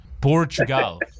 Portugal